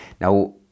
Now